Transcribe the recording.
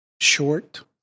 short